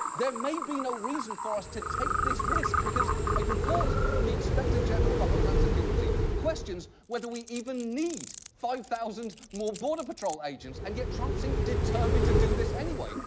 there may be no reason for us to take this risk, because a report from the inspector general for homeland security questions whether we even need five thousand more border patrol agents. and yet, trump seems determined to do this anyway.